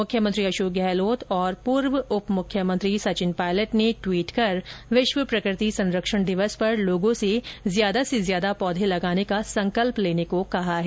मुख्यमंत्री अशोक गहलोत और पूर्व उप मुख्यमंत्री सचिन पायलट ने भी टवीट कर विश्व प्रकृति संरक्षण दिवस पर लोगों से ज्यादा से ज्यादा पौधे लगाने का संकल्प लेने को कहा है